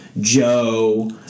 Joe